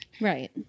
Right